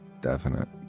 definite